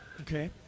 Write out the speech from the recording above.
Okay